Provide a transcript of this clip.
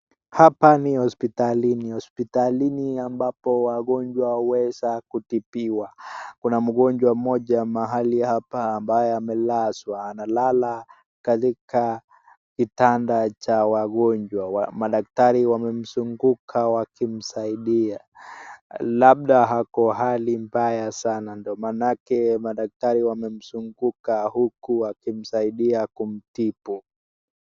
Hapa ni hospitalini, hospitalini ambapo wagonjwa huenda kutibiwa. Kuna mgonjwa mmoja mahali hapa, ambaye amelazwa analala katika kitanda cha wagonjwa. Madaktari wamemzunguka wakimsaidia. Huenda ako hali mbaya sana na ndiomanake madaktari wamemzunguka kumtibu.